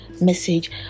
message